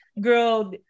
girl